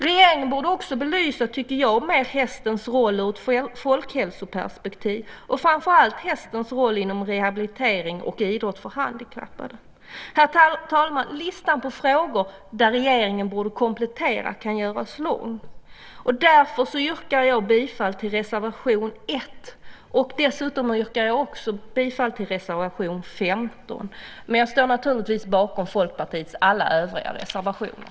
Regeringen borde också mer belysa hästens roll ur ett folkhälsoperspektiv, och framför allt hästens roll inom rehabilitering och idrott för handikappade. Herr talman! Den lista med frågor som regeringen borde komplettera kan göras lång. Därför yrkar jag bifall till reservation 1. Dessutom yrkar jag bifall till reservation 15. Men jag står naturligtvis bakom Folkpartiets alla övriga reservationer.